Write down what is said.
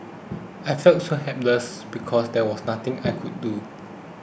I felt so helpless because there was nothing I could do